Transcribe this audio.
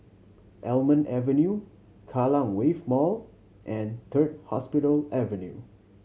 Almond Avenue Kallang Wave Mall and Third Hospital Avenue